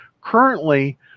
Currently